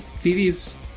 Phoebe's